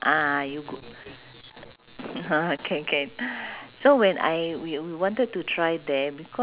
ah ya but at that time I tried uh no I also !aiya! especially the jam ah I also don't wa~